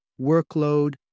workload